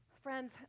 Friends